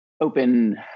open